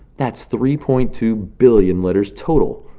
that's three point two billion letters total!